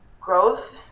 growth